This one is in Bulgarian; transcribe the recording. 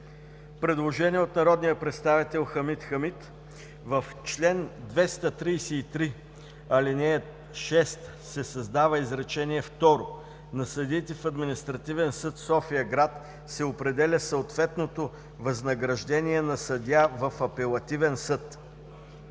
Предложение от народния представител Хамид Хамид: „В чл. 233, ал. 6 се създава изречение второ: „На съдиите в Административен съд – София-град, се определя съответното възнаграждение на съдия в Апелативен съд“.